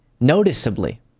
noticeably